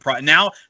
Now